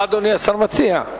מה אדוני השר מציע?